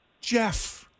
Jeff